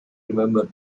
remembered